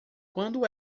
quando